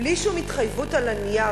בלי שום התחייבות על הנייר,